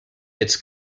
its